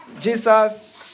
Jesus